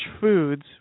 foods